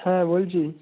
হ্যাঁ বলছি